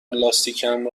لاستیکم